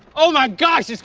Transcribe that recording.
oh my gosh,